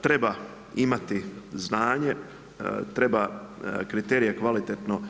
Treba imati znanje, treba kriterije kvalitetno